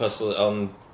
on